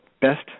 best